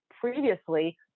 previously